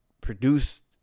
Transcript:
Produced